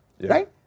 right